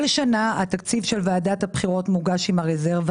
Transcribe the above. כל שנה התקציב של ועדת הבחירות מוגש עם הרזרבה.